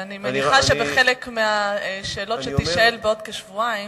ואני מניחה שבחלק מהשאלות שתישאל בעוד כשבועיים,